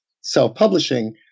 self-publishing